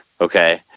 okay